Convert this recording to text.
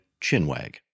chinwag